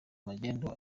magendu